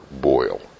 boil